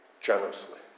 generously